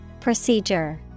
Procedure